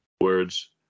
Words